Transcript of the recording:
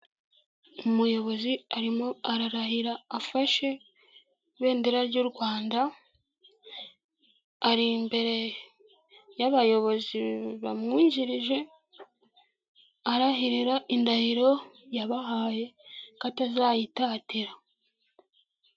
Umuyobozi arimo ararahira afashe ibendera ry'u Rwanda ari imbere y'abayobozi bamwungirije arahirira indahiro yabahaye ko atazayitaterara